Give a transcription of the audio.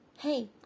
Hey